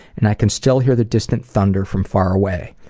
and i can still hear the distant thunder from far away.